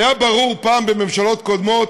היה ברור פעם, בממשלות קודמות,